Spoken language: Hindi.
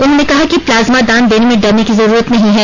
उन्होंने कहा कि प्लाज्मा दान देने में डरने की जरूरत नहीं है